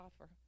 offer